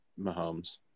Mahomes